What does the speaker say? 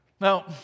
Now